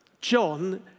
John